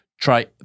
try